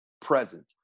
present